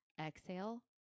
exhale